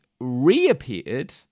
reappeared